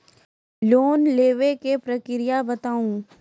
Loan लेवे के प्रक्रिया बताहू?